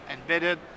embedded